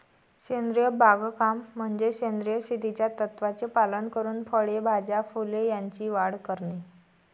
सेंद्रिय बागकाम म्हणजे सेंद्रिय शेतीच्या तत्त्वांचे पालन करून फळे, भाज्या, फुले यांची वाढ करणे